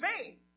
vain